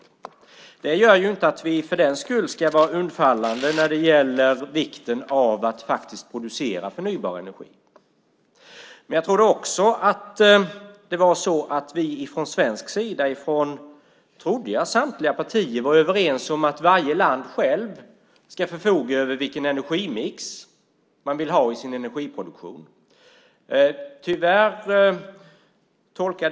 För den skull ska vi inte vara undfallande när det gäller vikten av att producera förnybar energi. Jag trodde att vi från svensk sida och från samtliga partier var överens om att varje land självt ska förfoga över vilken energimix man vill ha i sin energiproduktion.